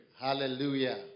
Hallelujah